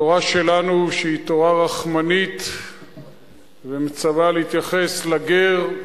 התורה שלנו היא תורה רחמנית ומצווה להתייחס לגר,